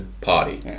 Party